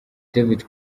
david